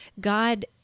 God—